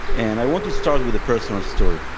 and i want to start with a personal story.